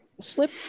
slip